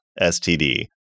STD